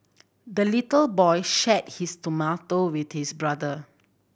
the little boy shared his tomato with his brother